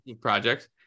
projects